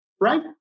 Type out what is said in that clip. right